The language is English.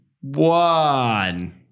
one